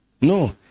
No